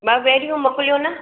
ॿ गेरियूं मोकलियो न